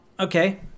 Okay